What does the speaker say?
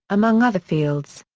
among other fields.